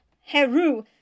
Heru